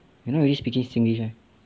you're not really speaking singlish leh